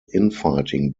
infighting